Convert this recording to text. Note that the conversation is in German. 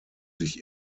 sich